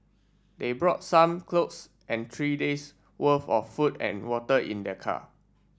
they brought some clothes and three days' worth of food and water in their car